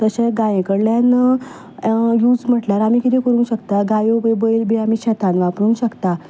तशें गाये कडल्यान यूज म्हटल्यार आमी कितें करूंक शकता गायो बैल बी आमी शेतांत वापरूंक शकता